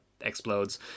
explodes